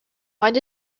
find